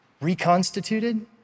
reconstituted